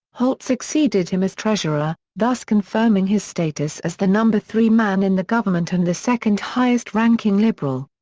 holt succeeded him as treasurer, thus confirming his status as the number-three man in the government and the second-highest ranking liberal.